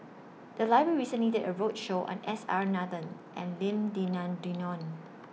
The Library recently did A roadshow on S R Nathan and Lim Denan Denon